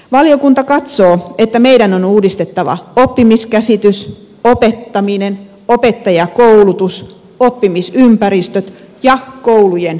valiokunta katsoo että meidän on uudistettava oppimiskäsitys opettaminen opettajankoulutus oppimisympäristöt ja koulujen johtaminen